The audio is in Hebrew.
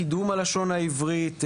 קידום הלשון העברית,